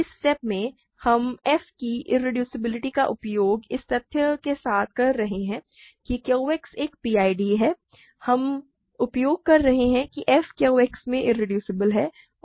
इस स्टेप में हम f की इरेड्यूसिबिलिटी का उपयोग इस तथ्य के साथ कर रहे हैं कि QX एक PID है हम उपयोग कर रहे हैं कि f QX में इरेड्यूसेबल है